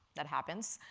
that happens,